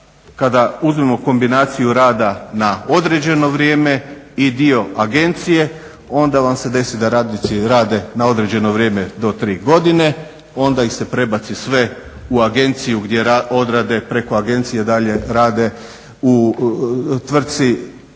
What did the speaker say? kada uzmemo kombinaciju rada na određeno vrijeme i dio agencije onda vam se desi da radnici rade na određeno vrijeme do tri godine, onda ih se prebaci sve u agenciju gdje odrade preko agencije dalje rade u tvrtci